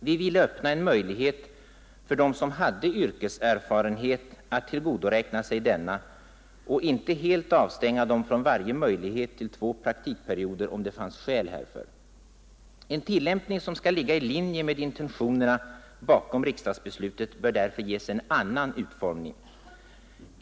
Vi ville öppna en möjlighet för dem som hade yrkeserfarenhet att tillgodoräkna sig denna och inte helt avstänga dem från varje möjlighet till två praktikperioder om det fanns skäl härför. En tillämpning som skall ligga i linje med intentionerna bakom riksdagsbeslutet bör därför ges en annan utformning.